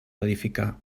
edificar